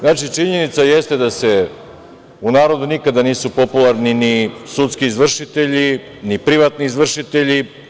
Znači, činjenica jeste da u narodu nikada nisu popularni ni sudski izvršitelji, ni privatni izvršitelji.